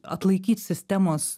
atlaikyt sistemos